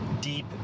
deep